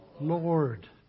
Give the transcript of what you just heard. Lord